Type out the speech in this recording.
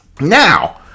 Now